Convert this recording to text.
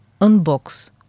unbox